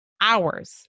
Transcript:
hours